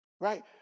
Right